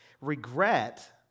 Regret